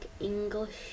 English